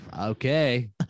Okay